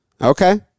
Okay